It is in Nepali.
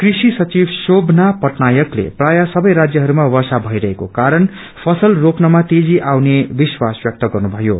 कृश्चि सचिव श्रोथना पटनायकले प्रायः सबै राज्यहरूमा वर्षा भरइल्को कारण फसल रोप्नमा तेजी आउने विश्वास व्यक्त गर्नुभएको छ